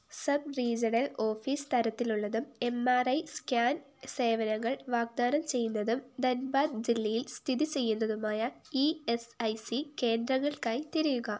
sub regional office തരത്തിലുള്ളതും M R I scan സേവനങ്ങൾ വാഗ്ദാനം ചെയ്യുന്നതും ധൻബാദ് ജില്ലയിൽ സ്ഥിതി ചെയ്യുന്നതുമായ ഇ എസ് ഐ സി കേന്ദ്രങ്ങൾക്കായി തിരയുക